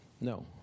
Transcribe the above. No